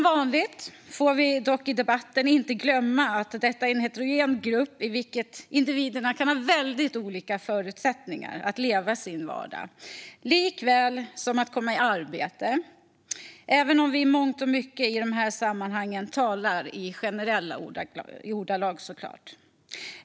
Vi får dock inte glömma att detta är en heterogen grupp i vilken individerna kan ha väldigt olika förutsättningar att leva i sin vardag liksom att komma i arbete, även om vi i mångt och mycket i de här sammanhangen talar i generella ordalag.